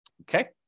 Okay